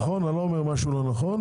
נכון אני לא אומר משהו לא נכון?